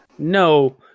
No